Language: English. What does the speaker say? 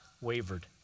wavered